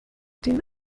den